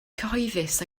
cyhoeddus